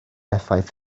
effaith